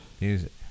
Music